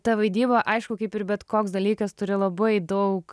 ta vaidyba aišku kaip ir bet koks dalykas turi labai daug